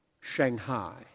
Shanghai